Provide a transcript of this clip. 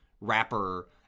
rapper